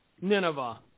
Nineveh